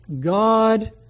God